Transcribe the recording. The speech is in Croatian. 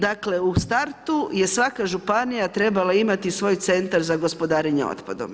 Dakle, u startu je svaka županija trebala imati svoj centar za gospodarenjem otpadom.